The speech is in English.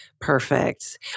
Perfect